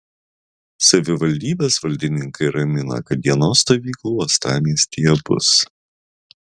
savivaldybės valdininkai ramina kad dienos stovyklų uostamiestyje bus